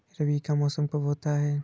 रबी का मौसम कब होता हैं?